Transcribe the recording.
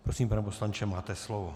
Prosím, pane poslanče, máte slovo.